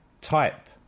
type